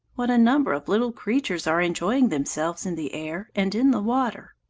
what a number of little creatures are enjoying themselves in the air and in the water!